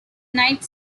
night